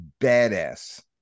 badass